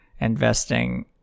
investing